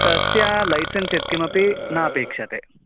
तस्य लैसेन्स् यत्किमपि न अपेक्षते